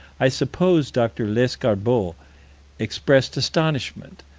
i suppose dr. lescarbault expressed astonishment.